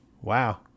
Wow